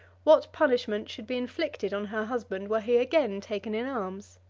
what punishment should be inflicted on her husband, were he again taken in arms.